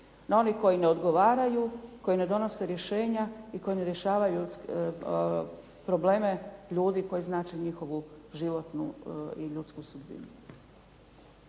na one koji ne odgovaraju, koji ne donose rješenja i koji ne rješavaju probleme ljudi koji znače njihovu životnu i ljudsku sudbinu.